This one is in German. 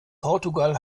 portugal